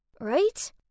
right